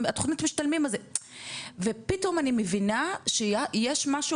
התוכנית משתלמים הזו' ופתאום אני מבינה שיש משהו